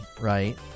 right